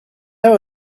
know